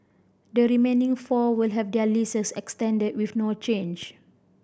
the remaining four will have their leases extended with no change